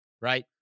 right